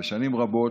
שנים רבות,